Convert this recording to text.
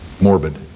morbid